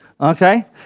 Okay